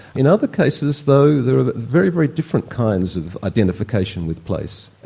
in other cases though there are very, very different kinds of identification with place.